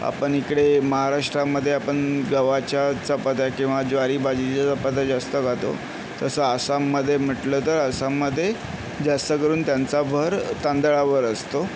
आपण इकडे महाराष्ट्रामध्ये आपण गव्हाच्या चपात्या किंवा ज्वारी बाजरीच्या चपात्या जास्त खातो तसं आसाममध्ये म्हटलं तर आसाममध्ये जास्तकरून त्यांचा भर तांदळावर असतो